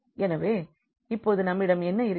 எனவே இப்பொழுது நம்மிடம் என்ன இருக்கிறது